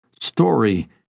Story